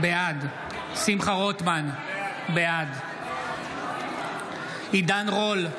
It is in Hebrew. בעד שמחה רוטמן, בעד עידן רול,